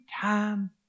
time